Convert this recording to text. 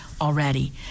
already